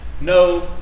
no